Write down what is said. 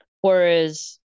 Whereas